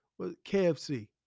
KFC